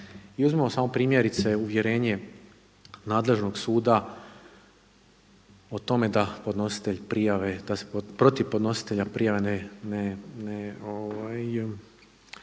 uzmimo samo primjerice uvjerenje nadležnog suda o tome da podnositelj prijave,